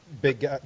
Big